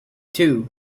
two